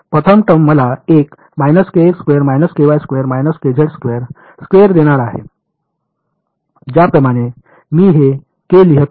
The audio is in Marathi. हो तर प्रथम टर्म मला एक स्क्वेअर देणार आहे ज्याप्रमाणे मी हे के लिहित आहे